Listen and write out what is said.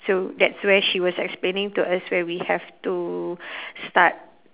so that's where she was explaining to us where we have to start